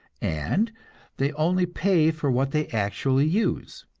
and they only pay for what they actually use.